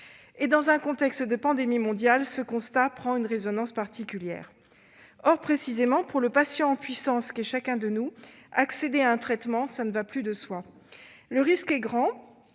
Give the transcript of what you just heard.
Dans un contexte de pandémie mondiale, ce constat prend une résonnance particulière. Or, précisément, pour le patient en puissance qu'est chacun de nous, accéder à un traitement ne va plus de soi. Le risque est grand,